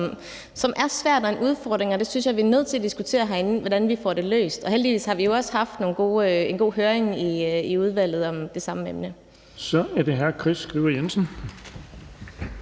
som er svær og en udfordring, og det synes jeg vi er nødt til at diskutere herinde hvordan vi får løst. Heldigvis har vi jo også haft en god høring i udvalget om det samme emne. Kl. 15:06 Den fg. formand (Erling